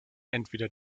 entweder